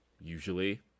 usually